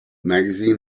magazine